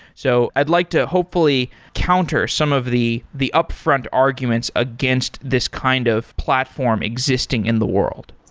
so i'd like to hopefully counter some of the the upfront arguments against this kind of platform existing in the world.